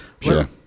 Sure